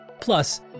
Plus